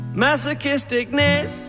masochisticness